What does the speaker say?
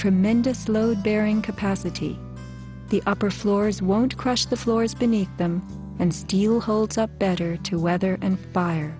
tremendous load bearing capacity the upper floors won't crush the floors beneath them and steel holds up better to weather and fire